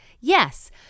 yes